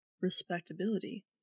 respectability